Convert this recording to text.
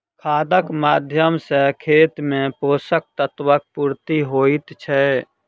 खादक माध्यम सॅ खेत मे पोषक तत्वक पूर्ति होइत छै